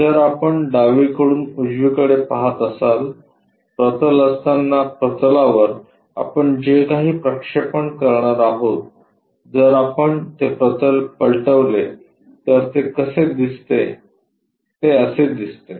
जर आपण डावीकडून उजवीकडे पाहत असाल प्रतल असताना प्रतलावर आपण जे काही प्रक्षेपण करणार आहोत जर आपण ते प्रतल पलटवले तर ते कसे दिसते ते असे दिसते